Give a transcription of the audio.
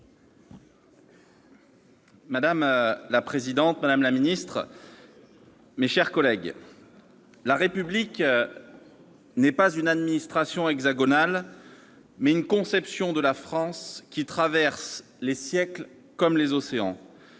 Madame la présidente, madame la ministre, mes chers collègues, la République est non pas une administration hexagonale, mais une conception de la France qui traverse les siècles comme les océans.